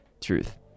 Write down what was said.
Truth